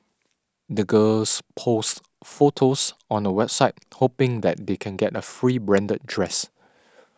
the girls posts photos on a website hoping that they can get a free branded dress